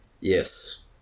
Yes